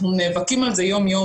אנחנו נאבקים על זה יום יום,